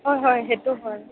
হয় হয় সেইটো হয়